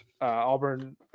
Auburn